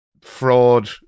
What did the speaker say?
fraud